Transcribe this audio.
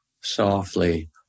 softly